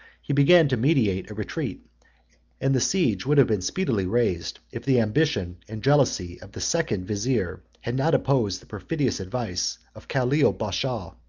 he began to meditate a retreat and the siege would have been speedily raised, if the ambition and jealousy of the second vizier had not opposed the perfidious advice of calil bashaw,